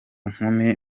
nkumi